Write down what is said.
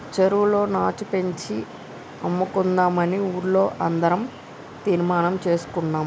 చెరువులో నాచు పెంచి అమ్ముకుందామని ఊర్లో అందరం తీర్మానం చేసుకున్నాం